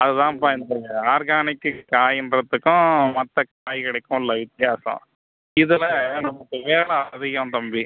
அதுதாப்பா organic காயின்றதுக்கும் மற்ற காய்கறிக்கும் உள்ள வித்தியாசம் இதில் நமக்கு வேலை அதிகம் தம்பி